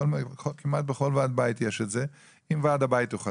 אם ועדה הבית חזק,